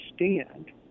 understand